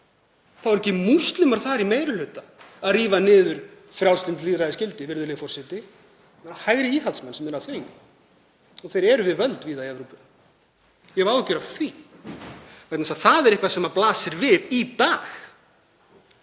það ekki múslimar þar í meiri hluta að rífa niður frjálslynd lýðræðisgildi, virðulegi forseti. Það eru hægri íhaldsmenn sem eru að því og þeir eru við völd víða í Evrópu. Ég hef áhyggjur af því. Það er eitthvað sem blasir við í dag.